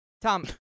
Tom